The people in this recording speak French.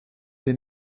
des